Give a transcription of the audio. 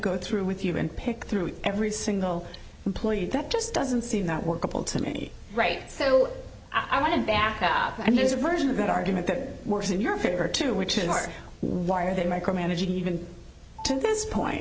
go through with you and pick through every single employee that just doesn't seem that workable to me right so i want to back up and there's a version of that argument that works in your favor too which is why are they micromanaging even to this point